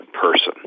person